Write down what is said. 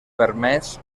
permès